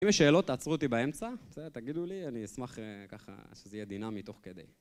אם יש שאלות תעצרו אותי באמצע, בסדר, תגידו לי, אני אשמח ככה שזה יהיה דינמי תוך כדי.